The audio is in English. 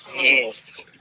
yes